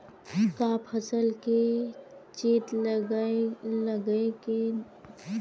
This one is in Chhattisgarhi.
का फसल के चेत लगय के नहीं करबे ओहा खराब हो जाथे?